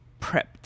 prepped